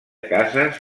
cases